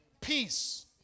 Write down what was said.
Peace